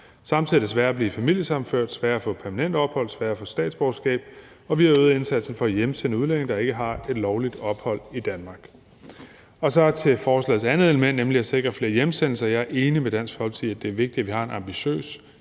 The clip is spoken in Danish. Samtidig er det sværere at blive familiesammenført, sværere at få permanent ophold og sværere at få statsborgerskab, og vi har øget indsatsen for at hjemsende udlændinge, der ikke har et lovligt ophold i Danmark. Så vil jeg gå til forslagets andet element, nemlig at sikre flere hjemsendelser. Jeg er enig med Dansk Folkeparti i, at det er vigtigt, at vi har en ambitiøs